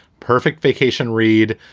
perfect vacation read.